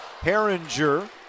Herringer